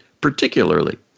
particularly